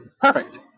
Perfect